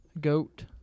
goat